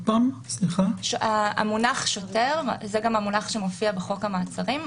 זה גם המונח שמופיע בחוק המעצרים.